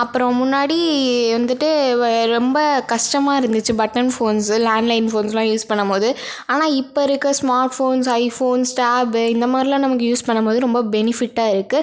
அப்புறம் முன்னாடி வந்துட்டு வ ரொம்ப கஷ்டமா இருந்துச்சு பட்டன் ஃபோன்ஸு லேண்ட்லைன் ஃபோன்ஸ்லாம் யூஸ் பண்ணும் போது ஆனால் இப்போ இருக்கிற ஸ்மார்ட் ஃபோன்ஸ் ஐஃபோன்ஸ் டேபு இந்த மாதிரிலாம் நமக்கு யூஸ் பண்ணும் போது ரொம்ப பெனிஃபிட்டாக இருக்குது